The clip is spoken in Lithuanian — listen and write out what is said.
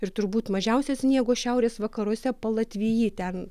ir turbūt mažiausia sniego šiaurės vakaruose palatvijy ten